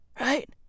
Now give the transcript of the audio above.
right